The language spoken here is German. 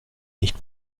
nicht